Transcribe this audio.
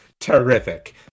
terrific